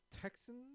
Texans